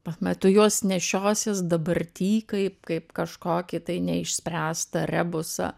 ta prasme tu juos nešiosies dabarty kaip kaip kažkokį tai neišspręsta rebusą